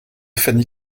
fanny